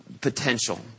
potential